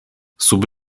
sub